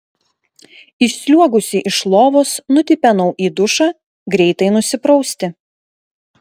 išsliuogusi iš lovos nutipenau į dušą greitai nusiprausti